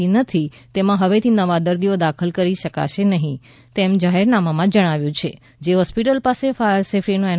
C નથી તેમાં હવેથી નવા દર્દીઓ દાખલ કરી શકાશે નહીં તેમ જાહેરનામામાં જણાવાયું છે જે હોસ્પિટલ પાસે ફાયરસેફ્ટીનું એન